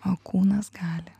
o kūnas gali